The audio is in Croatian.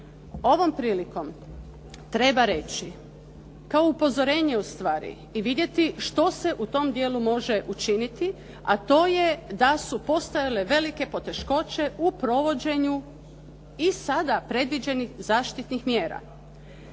Ovom prilikom treba reći kao upozorenje ustvari i vidjeti što se u tom dijelu može učiniti a to je da su postojale velike poteškoće u provođenju i sada predviđenih zaštitnih mjera.